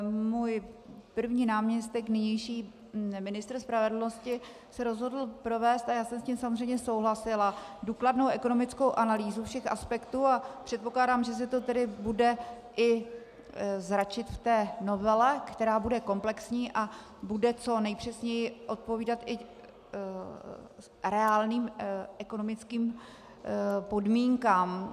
Můj první náměstek, nynější ministr spravedlnosti, se rozhodl provést, a já jsem s tím samozřejmě souhlasila, důkladnou ekonomickou analýzu všech aspektů a předpokládám, že se to tedy bude i zračit v novele, která bude komplexní a bude co nejpřesněji odpovídat i reálným ekonomickým podmínkám.